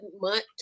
month